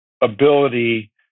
ability